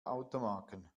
automarken